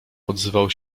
odzywał